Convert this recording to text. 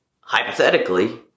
hypothetically